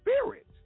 Spirit